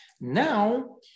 Now